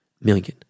million